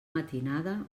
matinada